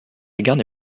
gare